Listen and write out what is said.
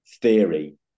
theory